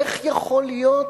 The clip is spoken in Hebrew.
איך יכול להיות